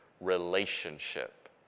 relationship